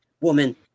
Woman